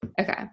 okay